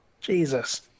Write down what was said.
Jesus